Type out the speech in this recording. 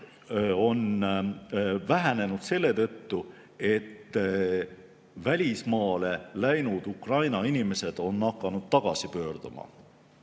on aeglustunud selle tõttu, et välismaale läinud Ukraina inimesed on hakanud tagasi pöörduma.